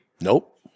Nope